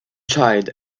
child